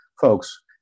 folks